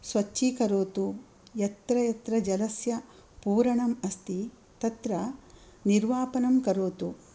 स्वच्छीकरोतु यत्र यत्र जलस्य पूरणम् अस्ति तत्र निर्वापनं करोतु